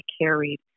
carried